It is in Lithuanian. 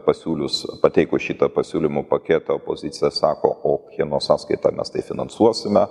pasiūlius pateikus šitą pasiūlymų paketą opozicija sako o kieno sąskaita mes tai finansuosime